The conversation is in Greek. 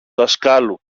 δασκάλου